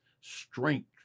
strength